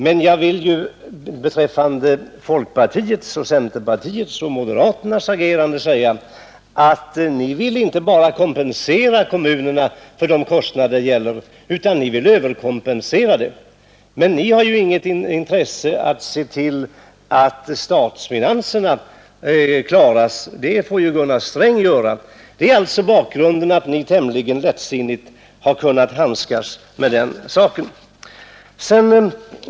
Men jag vill beträffande folkpartiets, centerpartiets och moderata samlingspartiets agerande säga att ni inte bara vill kompensera kommunerna för de kostnader det gäller, utan ni vill överkompensera dem. Ni har ju inte något intresse av att se till att statsfinanserna klaras. Det får Gunnar Sträng göra. Detta är alltså bakgrunden till att ni tämligen lättsinnigt kunnat handskas med den saken.